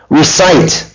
recite